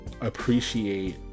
appreciate